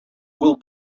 will